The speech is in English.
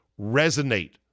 resonate